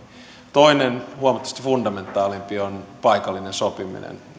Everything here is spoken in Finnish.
toinen huomattavasti fundamentaalimpi on paikallinen sopiminen